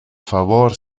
favor